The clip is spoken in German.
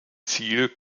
ziel